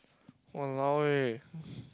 !walao eh!